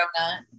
donut